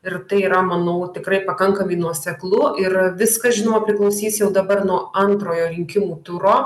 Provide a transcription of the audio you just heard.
ir tai yra manau tikrai pakankamai nuoseklu ir viskas žinoma priklausys jau dabar nuo antrojo rinkimų turo